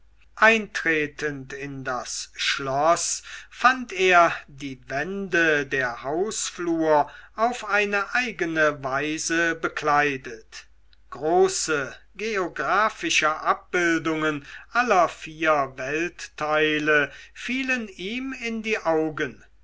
eintretend in das schloß fand er die wände der hausflur auf eigene weise bekleidet große geographische abbildungen aller vier weltteile fielen ihm in die augen